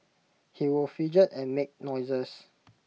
he would fidget and make noises